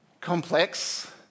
complex